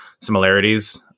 similarities